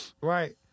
right